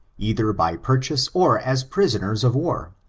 either by purchase or as pris oners of war.